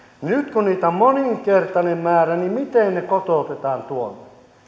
nyt kun niitä on moninkertainen määrä niin miten ne kotoutetaan tuonne